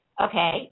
Okay